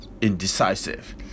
indecisive